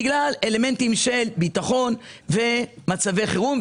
בגלל אלמנטים של ביטחון ושל מצבי חירום.